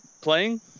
playing